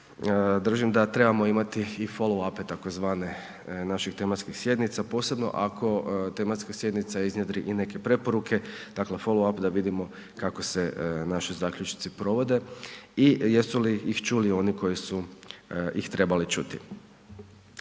držim da trebamo imati i foloape tzv. naših tematskih sjednica, posebno ako tematska sjednica iznjedri i neke preporuke, dakle folap da vidimo kako se naši zaključci provode i jesu li ih čuli oni koji su ih trebali čuti.